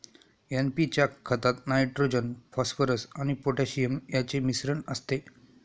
NP च्या खतात nitrogen, phosphorus आणि पोटॅशियम यांचे मिश्रण असते